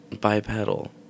bipedal